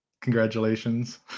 Congratulations